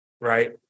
Right